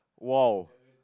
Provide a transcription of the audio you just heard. !wow!